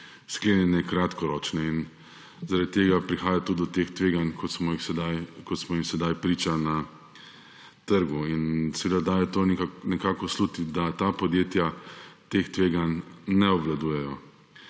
sklenjene kratkoročne pogodbe. In zaradi tega prihaja tudi do teh tveganj, kot smo jim sedaj priča na trgu. In seveda daje to nekako slutiti, da ta podjetja teh tveganj ne obvladujejo.